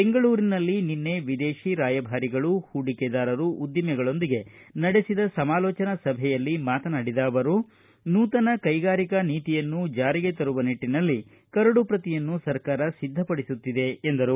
ಬೆಂಗಳೂರಿನಲ್ಲಿ ನಿನ್ನೆ ವಿದೇಶಿ ರಾಯಭಾರಿಗಳು ಹೂಡಿಕೆದಾರರು ಉದ್ದಮಿಗಳೊಂದಿಗೆ ನಡೆದ ಸಮಲೋಚನಾ ಸಭೆಯಲ್ಲಿ ಮಾತನಾಡಿದ ಅವರು ನೂತನ ಕೈಗಾರಿಕಾ ನೀತಿಯನ್ನು ಜಾರಿಗೆ ತರುವ ನಿಟ್ಟನಲ್ಲಿ ಕರಡು ಪ್ರತಿಯನ್ನು ಸರ್ಕಾರ ಸಿದ್ದಪಡಿಸುತ್ತಿದೆ ಎಂದರು